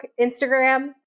Instagram